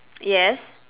yes